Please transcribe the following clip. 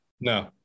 No